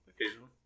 occasionally